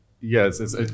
yes